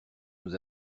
nous